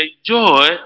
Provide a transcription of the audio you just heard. enjoy